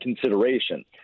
consideration